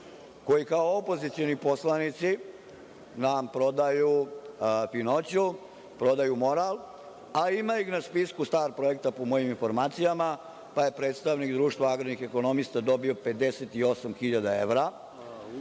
koji kao opozicioni poslanici nam prodaju finoću, prodaju moral, a ima ih na spisku STAR projekta po mojim informacijama, pa je predstavnik Društva agrarnih ekonomista dobio 58.000 evra